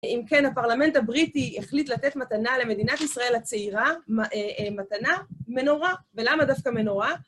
אם כן, הפרלמנט הבריטי החליט לתת מתנה למדינת ישראל הצעירה, מתנה מנורה, ולמה דווקא מנורה?